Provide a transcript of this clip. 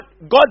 God